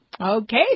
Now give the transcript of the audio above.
Okay